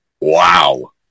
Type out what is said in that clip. Wow